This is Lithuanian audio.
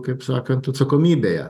kaip sakant atsakomybėje